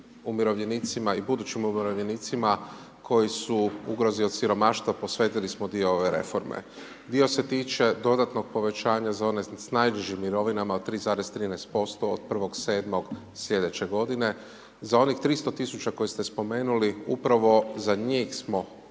umirovljenicima i budućim umirovljenicima, koji su ugrozi od siromaštva posvetili smo dio ove reforme. Dio se tiče dodatnog povećanja za one s najnižim mirovinama od 3,13% od 1.7. sljedeće g. za onih 300 tisuća koje ste spomenuli, upravo za njih smo riješili